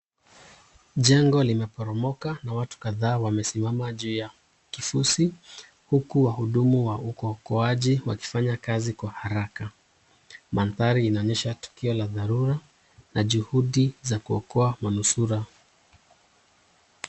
Jengo limeporomoka na watu kadhaa wamesimama juu ya kifusi, huku wahudumu wa uokoaji wakifanya kazi kwa haraka, mandhari inaonesha tukio la dharura na juhudi za kuokoa manusura.